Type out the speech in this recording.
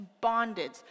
bondage